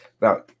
Now